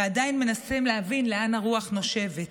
ועדיין מנסים להבין לאן הרוח נושבת,